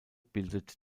bildete